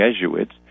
Jesuits